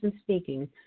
speaking